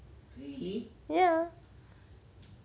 really ya